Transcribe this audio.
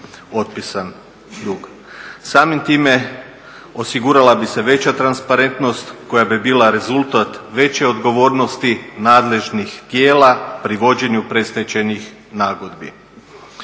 otpisan dug. Samim time osigurala bi se veća transparentnost koja bi bila rezultat veće odgovornosti nadležnih tijela pri vođenju predstečajnih nagodbi.